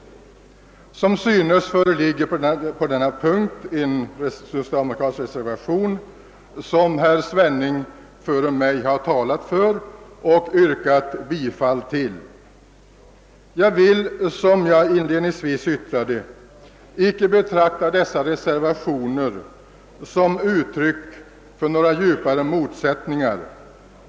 Som synes föreligger vid detta moment en socialdemokratisk reservation, som herr Svenning före mig har talat för och yrkat bifall till. Jag vill, som jag inledningsvis sade, inte betrakta reservationerna som uttryck för några djupare motsättningar.